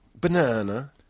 Banana